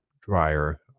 dryer